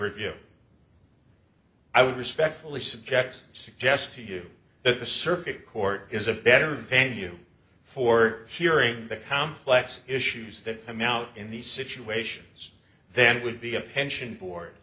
review i would respectfully suggest suggest to you that the circuit court is a better venue for hearing the complex issues that come out in these situations then it would be a pension board